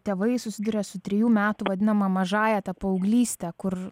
tėvai susiduria su trejų metų vadinama mažąja ta paauglyste kur